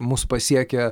mus pasiekia